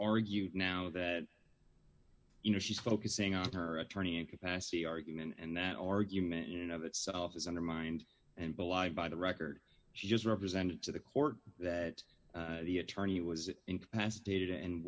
argued now that you know she's focusing on her attorney incapacity argument and that argument you know that self is undermined and belied by the record she just represented to the court that the attorney was incapacitated and